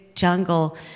jungle